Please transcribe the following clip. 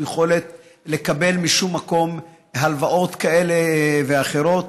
יכולת לקבל משום מקום הלוואות כאלה ואחרות.